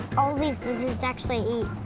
all of these lizards actually eat